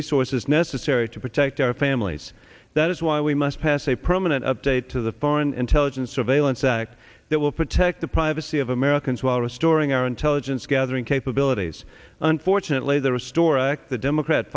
resources necessary to protect our families that is why we must pass a permanent update to the foreign intelligence surveillance act that will protect the privacy of americans while restoring our intelligence gathering case abilities unfortunately the restore act the democrat